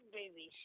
baby